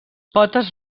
potes